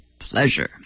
pleasure